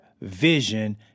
vision